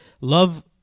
love